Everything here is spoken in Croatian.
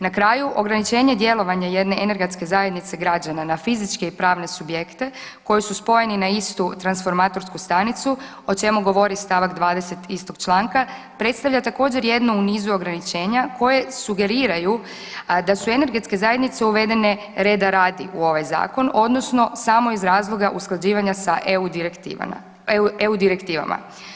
Na kraju, ograničenje djelovanja jedne energetske zajednice građana na fizičke i pravne subjekte koji su spojeni na istu transformatorsku stanicu, o čemu govori st. 20 istog članka, predstavlja također, jednu u nizu ograničenja koje sugeriraju da su energetske zajednice uvedene reda radi u ovaj Zakon odnosno samo iz razloga usklađivanja sa EU direktivama.